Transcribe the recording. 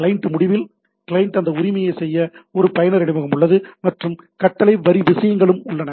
client முடிவில் client அந்த உரிமையைச் செய்ய ஒரு பயனர் இடைமுகம் உள்ளது மற்றும் கட்டளை வரி விஷயங்களும் உள்ளன